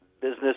business